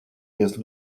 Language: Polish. jest